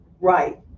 Right